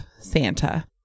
Santa